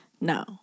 No